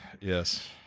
yes